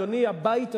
אדוני, הבית הזה,